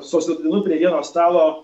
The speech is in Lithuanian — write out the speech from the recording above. susodinu prie vieno stalo